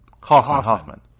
Hoffman